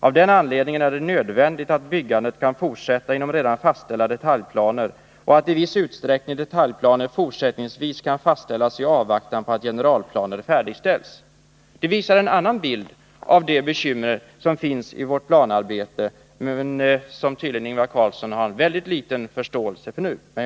Av den anledningen är det nödvändigt att byggandet kan fortsätta inom redan fastställda detaljplaner och att i viss utsträckning detaljplaner fortsättningsvis kan fastställas i avvaktan på att generalplaner färdigställs.” Det visar en annan bild av de bekymmer som finns i planarbetet men som Ingvar Carlsson tydligen har mycket litet förståelse för.